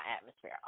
atmosphere